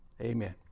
Amen